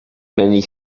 many